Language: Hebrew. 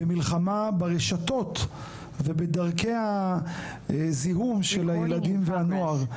במלחמה ברשתות ובדרכי הזיהום של הילדים והנוער,